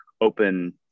open